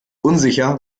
unsicher